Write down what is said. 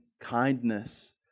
kindness